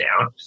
down